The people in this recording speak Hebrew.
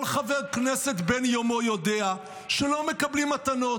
כל חבר כנסת בן יומו יודע שלא מקבלים מתנות.